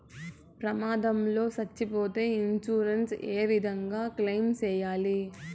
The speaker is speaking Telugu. ప్రమాదం లో సచ్చిపోతే ఇన్సూరెన్సు ఏ విధంగా క్లెయిమ్ సేయాలి?